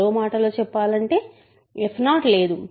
మరో మాటలో చెప్పాలంటే f0 లేదు